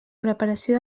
preparació